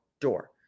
door